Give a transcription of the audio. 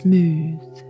Smooth